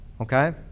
Okay